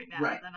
right